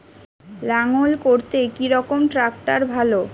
লাঙ্গল করতে কি রকম ট্রাকটার ভালো?